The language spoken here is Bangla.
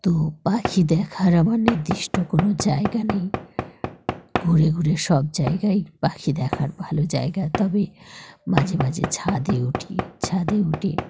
তো পাখি দেখার আমার নির্দিষ্ট কোনো জায়গা নেই ঘুরে ঘুরে সব জায়গায়ই পাখি দেখার ভালো জায়গা তবে মাঝে মাঝে ছাদে উঠি ছাদে উঠে